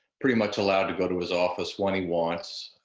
pretty much allowed to go to his office when he wants.